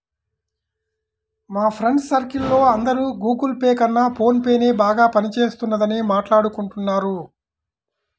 మా friends circle లో అందరూ గుగుల్ పే కన్నా ఫోన్ పేనే బాగా పని చేస్తున్నదని మాట్టాడుకుంటున్నారు